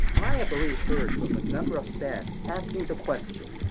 i've already heard from a number of staff asking the question,